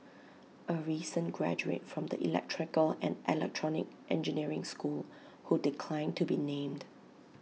A recent graduate from the electrical and electronic engineering school who declined to be named